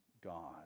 God